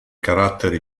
caratteri